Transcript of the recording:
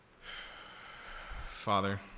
Father